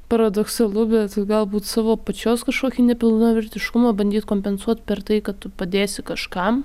paradoksalu bet galbūt savo pačios kažkokį nepilnavertiškumą bandyt kompensuot per tai kad tu padėsi kažkam